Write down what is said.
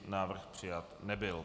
Návrh přijat nebyl.